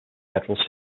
federal